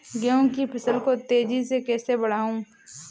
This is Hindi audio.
गेहूँ की फसल को तेजी से कैसे बढ़ाऊँ?